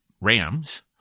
rams